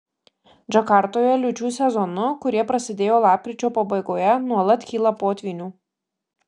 džakartoje liūčių sezonu kurie prasidėjo lapkričio pabaigoje nuolat kyla potvynių